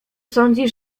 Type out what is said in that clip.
sądzi